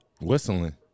Whistling